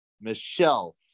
Michelle